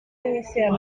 inicial